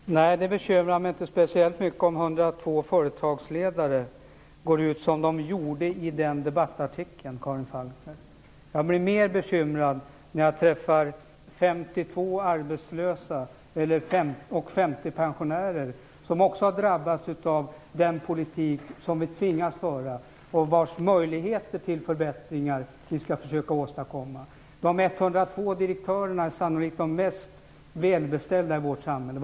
Herr talman! Nej, det bekymrar mig inte speciellt mycket om 102 företagsledare går ut som de gjorde i denna debattartikel, Karin Falkmer. Jag blir mer bekymrad när jag träffar 52 arbetslösa och 50 pensionärer som också har drabbats av den politik som vi tvingas föra. Vi skall försöka åstadkomma förbättringar för dem. De 102 direktörerna är sannolikt de mest välbeställda i vårt samhälle.